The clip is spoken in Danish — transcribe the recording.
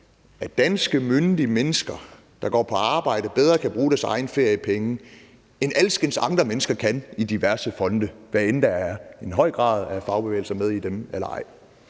at danske myndige mennesker, der går på arbejde, bedre kan bruge deres egne feriepenge, end alskens andre mennesker kan i diverse fonde, hvad enten der er en høj grad af fagbevægelser med i dem eller ej.